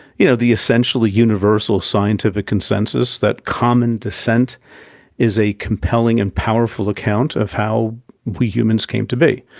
you know, the essentially universal scientific consensus that common descent is a compelling and powerful account of how we humans came to be.